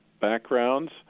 backgrounds